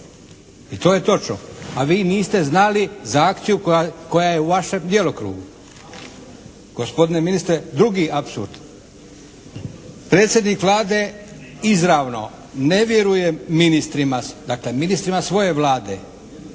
i to je točno, a vi niste znali za akciju koja je u vašem djelokrugu. Gospodine ministre drugi apsurd. Predsjednik Vlade izravno ne vjerujem ministrima, dakle